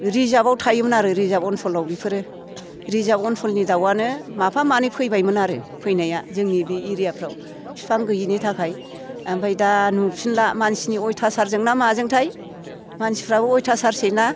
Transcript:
रिजार्भआव थायोमोन आरो रिजार्भ ओनसोलाव बेफोरो रिजार्भ ओनसोलनि दाउआनो माफा मानै फैबायमोन आरो फैनाया जोंनि बे एरियाफ्राव बिफां गैयिनि थाखाय ओमफ्राय दा नुफिनला मानसिनि अयतासारजों ना माजोंथाय मानसिपोराबो अयतासारसैना